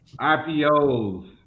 ipos